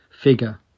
figure